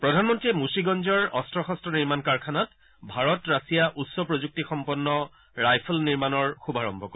প্ৰধানমন্ত্ৰীয়ে মুছিগঞ্জৰ অস্ত্ৰ শস্ত নিৰ্মাণ কাৰখানাত ভাৰত ৰাছিয়া উচ্চ প্ৰযুক্তিসম্পন্ন ৰাইফল নিৰ্মাণৰ শুভাৰম্ভ কৰিব